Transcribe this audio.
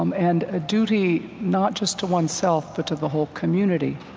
um and a duty not just to one's self, but to the whole community,